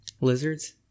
Lizards